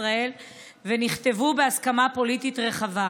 ישראל ונכתבו בהסכמה פוליטית רחבה.